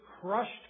crushed